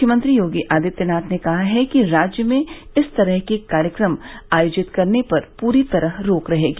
मुख्यमंत्री योगी आदित्यनाथ ने कहा है कि राज्य में इस तरह के कार्यक्रम आयोजित करने पर पूरी तरह रोक रहेगी